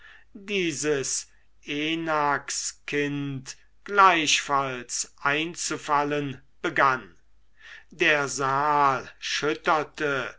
dieses enakskind gleichfalls einzufallen begann der saal schütterte